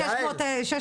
600 מיליון שקל?